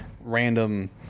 random